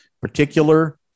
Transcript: particular